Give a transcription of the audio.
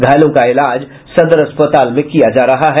घायलों का इलाज सदर अस्पताल में किया जा रहा है